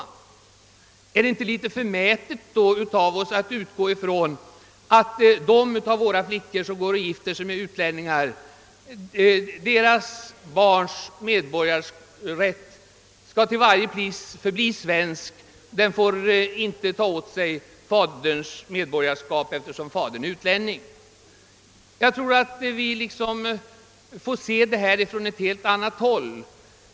är det då inte litet förmätet av oss att utgå ifrån att barnen till de av våra flickor som gifter sig med utlänningar till varje pris skall bli svenska medborgare? De skall inte få faderns medborgarskap eftersom fadern är utlänning. Jag tror att vi måste se detta på ett helt annat sätt.